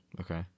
Okay